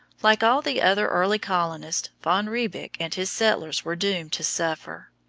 like all the other early colonists, van riebeek and his settlers were doomed to suffer.